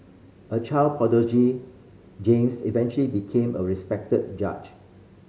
a child prodigy James eventually became a respected judge